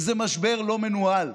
וזה משבר לא מנוהל,